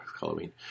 Halloween